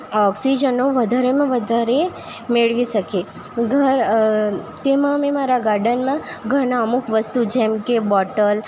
ઓક્સિજનનો વધારેમાં વધારે મેળવી શકીએ તેમાં અમે મારા ગાર્ડનમાં ઘરના અમુક વસ્તુ જેમકે બોટલ